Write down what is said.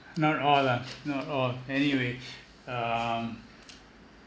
not all lah not all anyway um